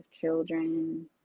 children